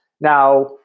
Now